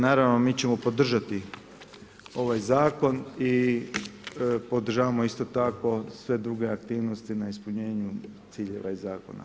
Naravno mi ćemo podržati ovaj zakon i podržavamo isto tako sve druge aktivnosti na ispunjenju ciljeva i zakona.